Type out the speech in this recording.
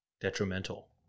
detrimental